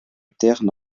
caractère